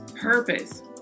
purpose